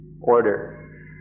order